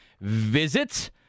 Visit